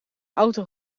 auto